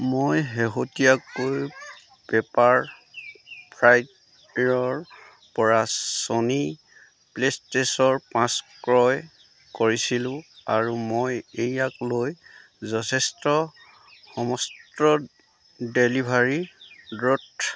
মই শেহতীয়াকৈ পেপাৰফ্ৰাইৰপৰা ছনী প্লে'ষ্টেচন পাঁচ ক্ৰয় কৰিছিলোঁ আৰু মই ইয়াক লৈ যথেষ্ট সন্তুষ্ট ডেলিভাৰী দ্ৰুত